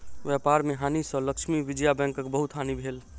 व्यापार में हानि सँ लक्ष्मी विजया बैंकक बहुत हानि भेल